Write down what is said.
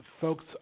folks